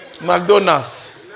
McDonald's